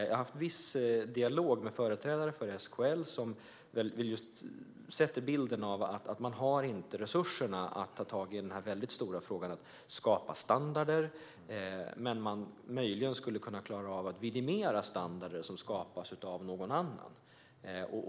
Jag har haft viss dialog med företrädare för SKL som sätter bilden att man inte har resurserna att ta tag i den stora frågan att skapa standarder, men att man möjligen skulle kunna klara av att vidimera standarder som skapas av någon annan.